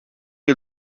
che